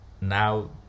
Now